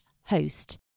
host